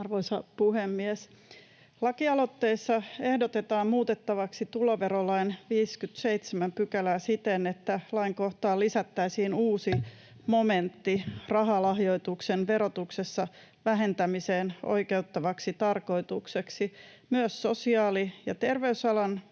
Arvoisa puhemies! Lakialoitteessa ehdotetaan muutettavaksi tuloverolain 57 §:ää siten, että lainkohtaan lisättäisiin uusi momentti, rahalahjoituksen verotuksessa vähentämiseen oikeuttavaksi tarkoitukseksi myös sosiaali- ja terveysalan